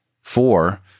Four